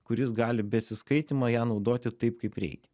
kur jis gali be atsiskaitymo ją naudoti taip kaip reikia